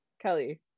Kelly